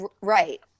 Right